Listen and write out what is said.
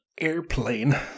airplane